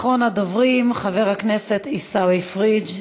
אחרון הדוברים, חבר הכנסת עיסאווי פריג'.